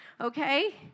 Okay